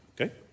Okay